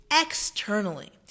externally